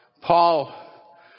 Paul